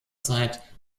zeit